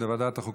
לוועדת החוקה,